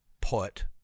put